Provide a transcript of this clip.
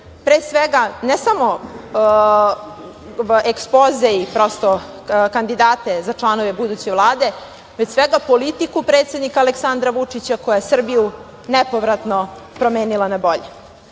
pre svega, ne samo ekspoze i, prosto, kandidate za članove buduće Vlade, već politiku predsednika Aleksandra Vučića, koja je Srbiju nepovratno promenila na bolje. Ono